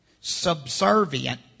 subservient